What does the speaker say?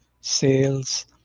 sales